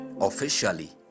officially